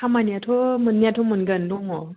खामानिआथ' मोननायाथ' मोनगोन दङ